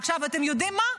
ועכשיו, אתה יודעים מה?